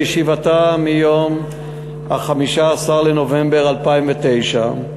בישיבתה ביום 15 בנובמבר 2009,